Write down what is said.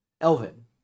Elvin